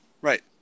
Right